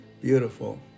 Beautiful